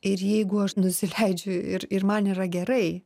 ir jeigu aš nusileidžiu ir ir man yra gerai